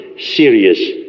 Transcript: serious